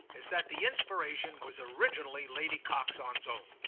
is that the inspiration was originally lady coxon's own,